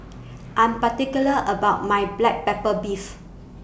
I'm particular about My Black Pepper Beef